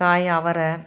காய் அவரை